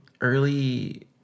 early